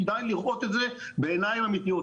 כדאי לראות את זה בעיניים אמיתיות,